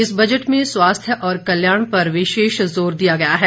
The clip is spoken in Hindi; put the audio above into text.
इस बजट में स्वास्थ्य और कल्याण पर विशेष जोर दिया गया है